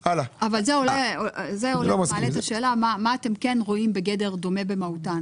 אבל זה אולי מעלה אתה שאלה מה אתם כן רואים בגדר דומה במהותן.